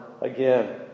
again